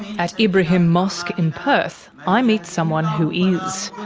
at ibrahim mosque in perth, i meet someone who is.